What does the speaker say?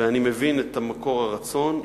ואני מבין את מקור הרצון,